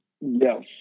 Yes